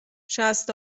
شصت